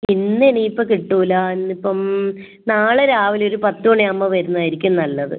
ഇന്ന് ഇനിയിപ്പം കിട്ടില്ല ഇന്ന് ഇപ്പം നാളെ രാവിലെ ഒരു പത്ത് മണി ആവുമ്പോൾ വരുന്നതായിരിക്കും നല്ലത്